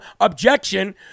objection